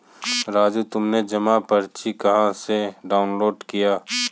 राजू तुमने जमा पर्ची कहां से डाउनलोड किया?